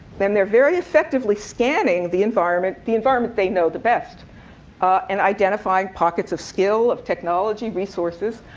and they're very effectively scanning the environment the environment they know the best and identifying pockets of skill, of technology, resources.